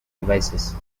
devices